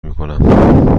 میکنم